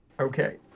Okay